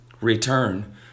return